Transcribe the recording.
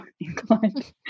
inclined